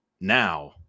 now